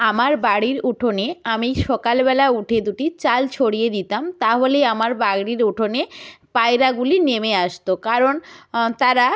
আমার বাড়ির উঠোনে আমি সকালবেলা উঠে দুটি চাল ছড়িয়ে দিতাম তাহলেই আমার বাড়ির উঠোনে পায়রাগুলি নেমে আসতো কারণ তারা